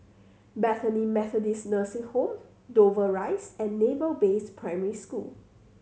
Bethany Methodist Nursing Home Dover Rise and Naval Base Primary School